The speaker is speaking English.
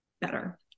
better